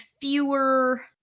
fewer